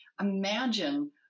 Imagine